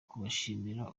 kubashimira